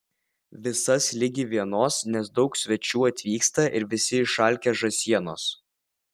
visas ligi vienos nes daug svečių atvyksta ir visi išalkę žąsienos